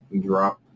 drop